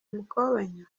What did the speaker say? mukobanya